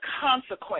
consequence